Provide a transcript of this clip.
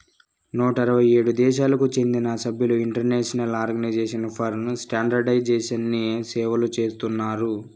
నూట అరవై ఏడు దేశాలకు చెందిన సభ్యులు ఇంటర్నేషనల్ ఆర్గనైజేషన్ ఫర్ స్టాండర్డయిజేషన్ని సేవలు చేస్తున్నారు